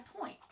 Point